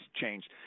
changed